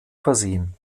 versehen